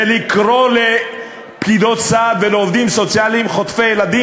ולקרוא לפקידות סעד ולעובדים סוציאליים "חוטפי ילדים"?